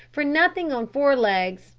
for nothing on four legs,